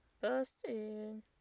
Busted